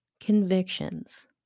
convictions